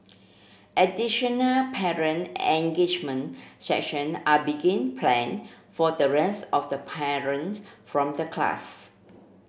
additional parent engagement session are begin plan for the rest of the parents from the class